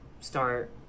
start